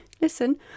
Listen